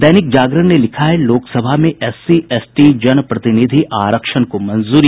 दैनिक जागरण ने लिखा है लोकसभा में एससी एसटी जनप्रतिनिधि आरक्षण को मंजूरी